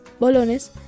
bolones